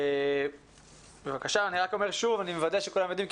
אני מוודא שכולם יודעים,